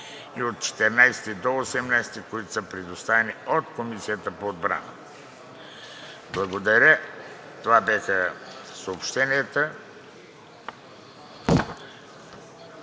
и от 14 до 18, които са предоставени на Комисията по отбрана. Благодаря. Това бяха съобщенията.